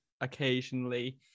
occasionally